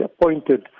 appointed